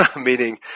Meaning